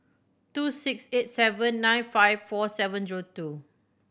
two six eight seven nine five four seven zero two